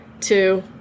two